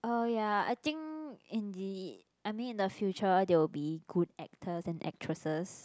oh ya I think in the I mean in the future they will be good actors and actresses